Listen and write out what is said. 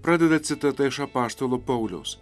pradeda citata iš apaštalo pauliaus